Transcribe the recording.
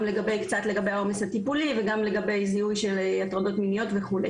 גם לגבי העומס הטיפולי וגם לגבי זיהוי של הטרדות מיניות וכו'.